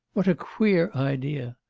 what a queer idea!